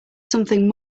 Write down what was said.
something